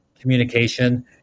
communication